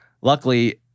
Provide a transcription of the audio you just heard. luckily